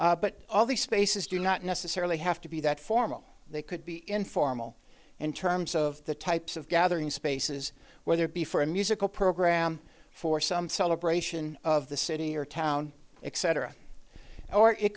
but all these spaces do not necessarily have to be that formal they could be informal in terms of the types of gathering spaces whether it be for a musical program for some celebration of the city or town except or